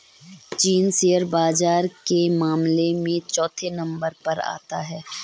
चीन शेयर बाजार के मामले में चौथे नम्बर पर आता है